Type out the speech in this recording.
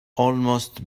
almost